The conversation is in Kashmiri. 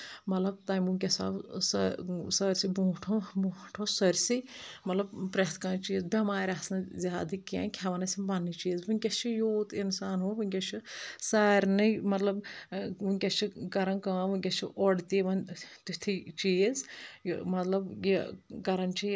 مطلب تَمیُک وٕنکیٚس سٲرسٕے برونٛٹھ برونٛٹھ اوس سٲرسٕے مطلب پرؠتھ کانٛہہ چیٖز بؠمارِ آسان زیادٕ کینٛہہ کھؠون اسہِ پننہِ چیٖز وٕنکیٚس چھُ یوٗت اِنسانو وٕنکیٚس چھُ سارنٕے مطلب وٕنکیٚس چھِ کرَان کٲم وٕنکیٚس چھُ اور تہِ یِوَن تِتھُے چیٖز یہِ مطلب یہِ کرَان چھِ یہِ